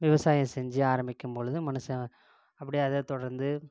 விவசாயம் செஞ்சு ஆரம்பிக்கும் பொழுது மனுஷன் அப்படியே அதை தொடர்ந்து